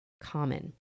common